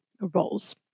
roles